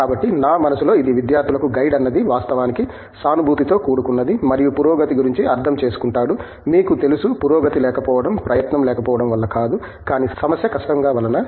కాబట్టి నా మనస్సులో ఇది విద్యార్థులకు గైడ్ అన్నది వాస్తవానికి సానుభూతితో కూడుకున్నదని మరియు పురోగతి గురించి అర్థం చేసుకుంటాడు మీకు తెలుసు పురోగతి లేకపోవడం ప్రయత్నం లేకపోవడం వల్ల కాదు కానీ సమస్య కష్టంగా వలన